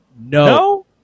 No